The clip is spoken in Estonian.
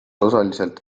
osaliselt